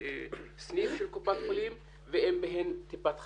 סניף של קופת חולים ואין בהם טיפת חלב.